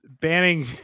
Banning